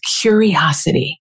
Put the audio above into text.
curiosity